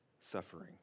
suffering